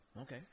Okay